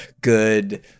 good